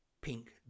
pink